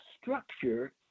structure